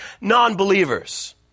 non-believers